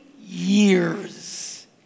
years